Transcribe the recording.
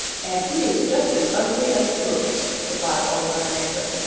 and he is just as ugly as he looks, replied old mother nature.